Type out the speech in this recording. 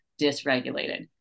dysregulated